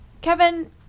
Kevin